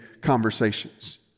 conversations